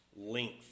length